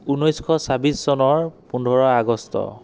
ঊনৈছশ চাৱ্ৱিছ চনৰ পোন্ধৰ আগষ্ট